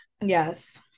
Yes